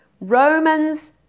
Romans